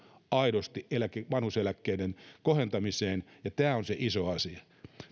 aidosti vanhuuseläkkeiden kohentamiseen tämä on se iso asia